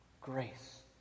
Grace